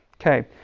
Okay